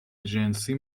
جنسی